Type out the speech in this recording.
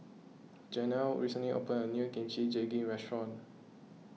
Janel recently opened a new Kimchi Jjigae restaurant